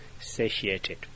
satiated